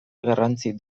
garrantzi